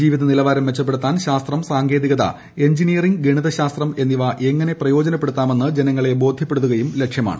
ജീവിത നിലവാരം മെച്ചപ്പെടുത്താൻ ശാസ്ത്രം സാങ്കേതികത എൻജിനീയ റിംഗ് ഗണിത ശാസ്ത്രം എന്നിവ എങ്ങനെ പ്രയോജനപ്പെടു ത്താമെന്ന് ജനങ്ങളെ ബോധ്യപ്പെടുത്തുകയും ലക്ഷ്യമാണ്